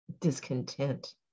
discontent